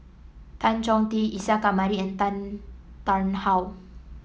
Tan Chong Tee Isa Kamari and Tan Tarn How